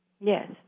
Yes